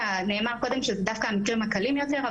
כמו שנאמר קודם שאלה המקרים הקלים יותר,